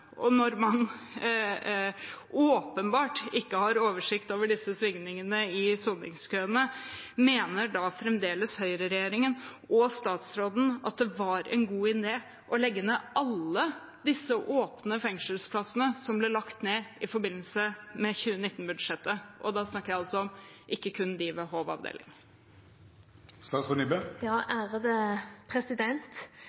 Når man åpenbart ikke har oversikt over disse svingningene i soningskøene, mener da fremdeles høyreregjeringen og statsråden at det var en god idé å legge ned alle disse åpne fengselsplassene som ble lagt ned i forbindelse med 2019-budsjettet? Da snakker jeg altså ikke kun om dem ved